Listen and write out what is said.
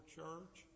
church